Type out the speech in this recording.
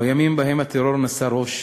בימים שבהם הטרור נשא ראש,